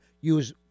use